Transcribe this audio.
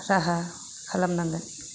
राहा खालामनांगोन